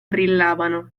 brillavano